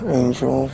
angel